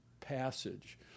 passage